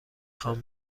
خوام